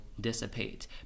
dissipate